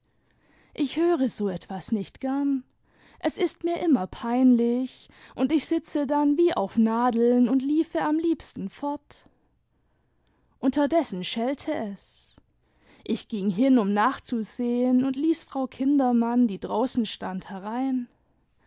ich höre so etwas nicht gern es ist mir immer peinlich und ich sitze dann wie auf nadeln und liefe am liebsten fort unterdessen schellte es ich ging hin um nachzusehen und ließ frau kindermann die draußen stand herein